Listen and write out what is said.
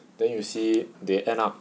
then you see they end up